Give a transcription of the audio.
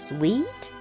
Sweet